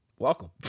Welcome